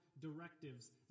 directives